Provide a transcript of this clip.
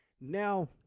Now